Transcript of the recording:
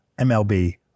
MLB